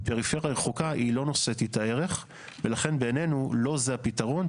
בפריפריה רחוקה היא לא נושאת איתה ערך ולכן בעינינו לא זה הפתרון.